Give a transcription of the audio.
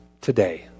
today